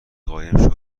قایم